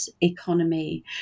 economy